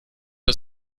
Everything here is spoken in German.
das